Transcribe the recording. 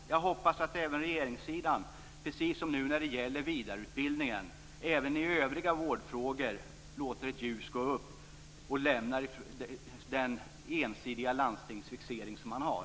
Jag hoppas att regeringssidan, precis som när det nu gäller vidareutbildningen, även i övriga vårdfrågor låter ett ljus gå upp för sig och lämnar den ensidiga landstingsfixering som man har.